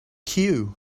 queue